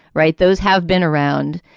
right. those have been around.